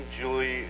Julie